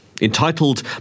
Entitled